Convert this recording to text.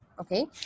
okay